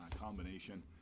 combination